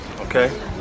okay